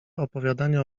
opowiadania